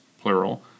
plural